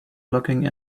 looking